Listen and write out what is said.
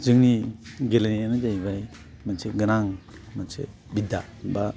जोंनि गेलेनायानो जाहैबाय मोनसे गोनां मोनसे बिद्दा बा